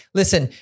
listen